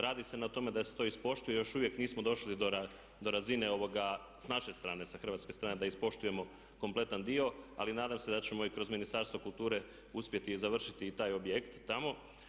Radi se na tome da se to ispoštuje i još uvijek nismo došli do razine s naše strane, sa hrvatske strane da ispoštujemo kompletan dio ali nadam se da ćemo i kroz Ministarstvo kulture uspjeti i završiti i taj objekt tamo.